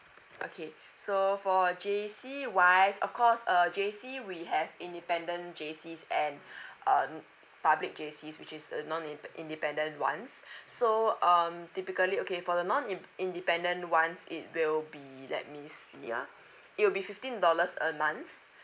okay so for J_C wise of course uh J_C we have independent J_Cs and um public J_C which is a non in~ independent ones so um typically okay for the non in~ independent ones it will be let me see ah it will be fifteen dollars a month